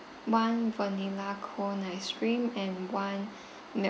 one vanilla cone ice cream and one